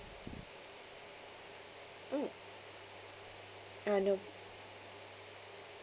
mm uh no